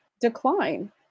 decline